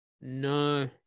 no